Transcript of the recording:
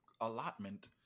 allotment